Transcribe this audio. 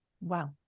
Wow